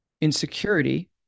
insecurity